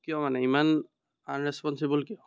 কিয় মানে ইমান আনৰেচপনচিব'ল কিয়